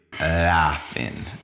laughing